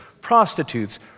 prostitutes